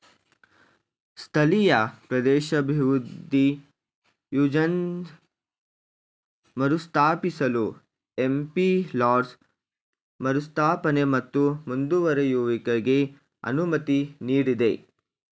ಸ್ಥಳೀಯ ಪ್ರದೇಶಾಭಿವೃದ್ಧಿ ಯೋಜ್ನ ಮರುಸ್ಥಾಪಿಸಲು ಎಂ.ಪಿ ಲಾಡ್ಸ್ ಮರುಸ್ಥಾಪನೆ ಮತ್ತು ಮುಂದುವರೆಯುವಿಕೆಗೆ ಅನುಮತಿ ನೀಡಿದೆ